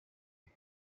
you